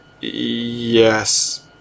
Yes